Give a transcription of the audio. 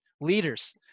leaders